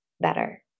better